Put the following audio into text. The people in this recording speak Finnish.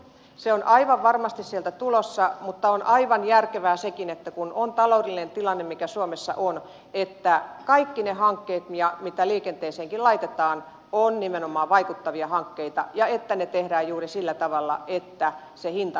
se on aivan varmasti sieltä tulossa mutta on aivan järkevää sekin että kun taloudellinen tilanne suomessa on mikä on kaikki ne hankkeet mitä liikenteeseenkin laitetaan ovat nimenomaan vaikuttavia hankkeita ja ne tehdään juuri sillä tavalla että ne hintansa haukkuvat